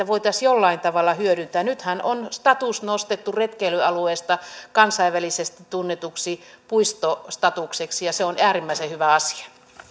voitaisiin jollain tavalla hyödyntää nythän on status nostettu retkeilyalueesta kansainvälisesti tunnetuksi puistostatukseksi ja se on äärimmäisen hyvä asia